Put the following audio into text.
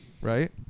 right